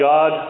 God